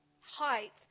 height